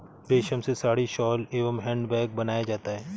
रेश्म से साड़ी, शॉल एंव हैंड बैग बनाया जाता है